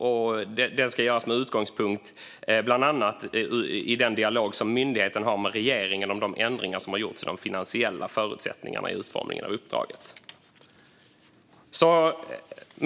Översynen ska göras med utgångspunkt i bland annat dialogen som myndigheten har med regeringen om de ändringar som har gjorts av de finansiella förutsättningarna för utformningen av uppdraget.